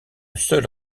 seule